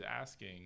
asking